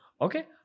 Okay